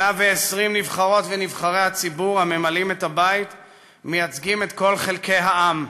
120 נבחרות ונבחרי הציבור הממלאים את הבית מייצגים את כל חלקי העם.